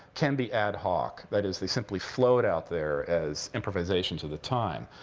can be ad hoc. that is, they simply float out there as improvisation to the time.